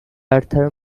arthur